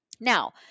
Now